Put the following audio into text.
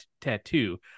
tattoo